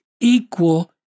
equal